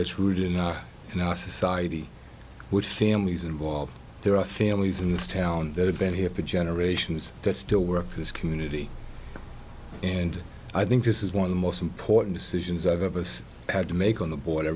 that's rooted in our in our society which families involved there are families in this town that have been here for generations that still work as community and i think this is one of the most important decisions of of us had to make on the board i